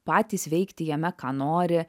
patys veikti jame ką nori